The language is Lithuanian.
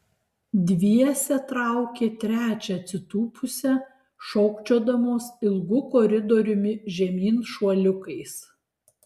dviese traukė trečią atsitūpusią šokčiodamos ilgu koridoriumi žemyn šuoliukais